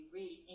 read